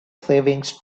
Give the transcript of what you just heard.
savings